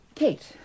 Kate